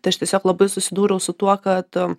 tai aš tiesiog labai susidūriau su tuo kad